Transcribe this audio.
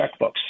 checkbooks